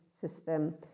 system